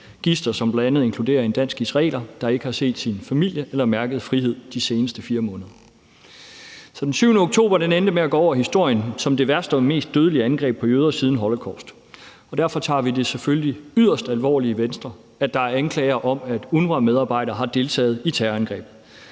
gidsler, som bl.a. inkluderer en dansk-israeler, der ikke har set sin familie eller mærket frihed de seneste 4 måneder. Så den 7. oktober endte med at gå over i historien som dagen for det værste og mest dødelige angreb på jøder siden holocaust, og derfor tager vi det selvfølgelig yderst alvorligt i Venstre, at der er anklager om, at UNRWA-medarbejdere har deltaget i terrorangrebet,